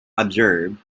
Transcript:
observed